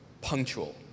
punctual